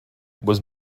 was